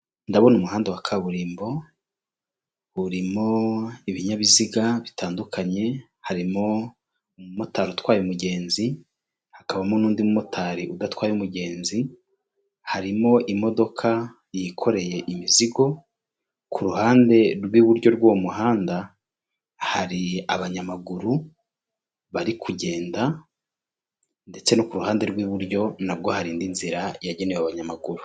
Ndabona umuhanda wa kaburimbo urimo ibinyabiziga bitandukanye, harimo umumotari utwaye umugenzi hakabamo n'undi mumotari udatwaye umugenzi, harimo imodoka yikoreye imizigo, ku ruhande rw'iburyo rw'uwo muhanda hari abanyamaguru bari kugenda ndetse no ku ruhande rw'iburyo nabwo hari indi nzira yagenewe abanyamaguru.